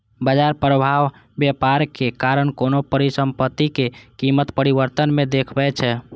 बाजार प्रभाव व्यापारक कारण कोनो परिसंपत्तिक कीमत परिवर्तन मे देखबै छै